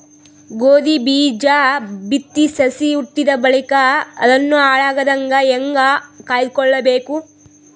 ಗೋಧಿ ಬೀಜ ಬಿತ್ತಿ ಸಸಿ ಹುಟ್ಟಿದ ಬಳಿಕ ಅದನ್ನು ಹಾಳಾಗದಂಗ ಹೇಂಗ ಕಾಯ್ದುಕೊಳಬೇಕು?